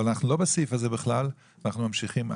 אבל אנחנו לא בסעיף הזה בכלל ואנחנו ממשיכים הלאה.